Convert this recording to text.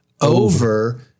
over